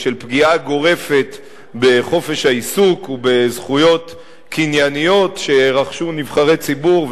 של פגיעה גורפת בחופש העיסוק ובזכויות קנייניות שרכשו נבחרי ציבור,